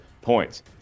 points